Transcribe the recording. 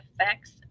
effects